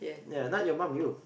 ya not your mum you